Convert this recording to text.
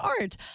art